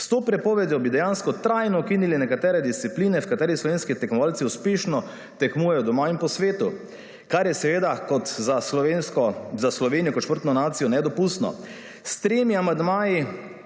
S to prepovedjo bi dejansko trajno ukinili nekatere discipline v katerih slovenski tekmovalci uspešno tekmujejo doma in po svetu, kar je kot za Slovenijo kot športno nacijo nedopustno. S tremi amandmaji